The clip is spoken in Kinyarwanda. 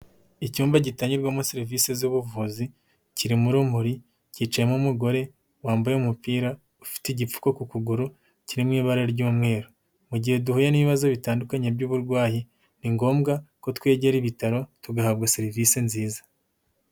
Icyumba gitangirwamo serivisi z'ubuvuzi kirimo rumuri, cyicayemo umugore wambaye umupira, ufite igipfuko ku kuguru kiri mu ibara ry'umweru. Mu gihe duhuye n'ibibazo bitandukanye by'uburwayi ni ngombwa ko twegera ibitaro, tugahabwa serivise nziza.